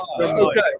Okay